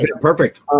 Perfect